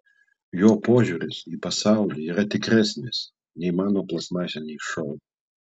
jo požiūris į pasaulį yra tikresnis nei mano plastmasiniai šou